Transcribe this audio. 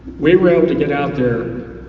we rode to get out there,